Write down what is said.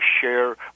share